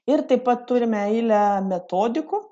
ir taip pat turime eilę metodikų